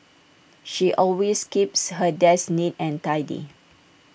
she always keeps her desk neat and tidy